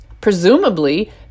presumably